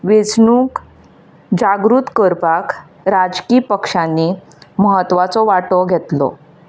वेचणूक जागृत करपाक राजकीय पक्षांनी म्हत्वाचो वांटो घेतलो